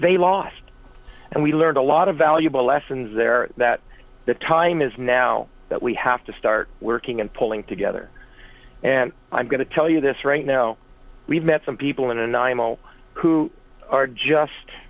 they lost and we learned a lot of valuable lessons there that the time is now that we have to start working and pulling together and i'm going to tell you this right now we've met some people in a nine will who are just